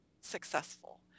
successful